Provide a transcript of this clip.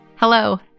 Hello